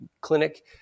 clinic